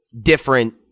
different